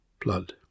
blood